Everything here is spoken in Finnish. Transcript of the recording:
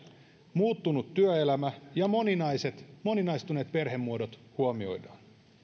muuttunut työelämä ja moninaistuneet moninaistuneet perhemuodot huomioidaan